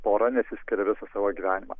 pora nesiskiria visą savo gyvenimą